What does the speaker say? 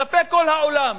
כלפי כל העולם,